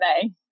today